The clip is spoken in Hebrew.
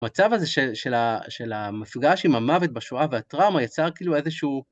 מצב הזה של המפגש עם המוות בשואה והטראומה יצר כאילו איזשהו...